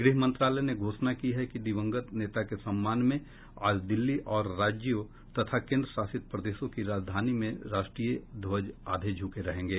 गृह मंत्रालय ने घोषणा की है कि दिवंगत नेता के सम्मान में आज दिल्ली और राज्यों तथा केन्द्र शासित प्रदेशों की राजधानी में राष्ट्रीय ध्वज आधे झुके रहेंगे